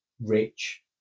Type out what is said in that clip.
rich